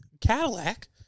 Cadillac